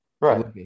Right